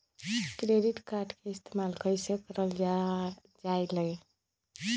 Credit card के इस्तेमाल कईसे करल जा लई?